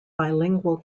bilingual